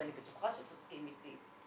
ואני בטוחה שתסכים איתי,